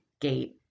gate